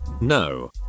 No